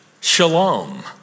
shalom